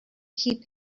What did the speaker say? keep